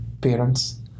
parents